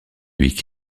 week